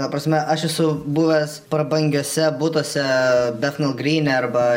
ta prasme aš esu buvęs prabangiuose butuose bet nu gryne arba